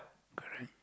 correct